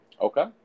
Okay